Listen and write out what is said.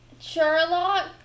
Sherlock